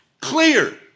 clear